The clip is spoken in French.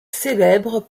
célèbres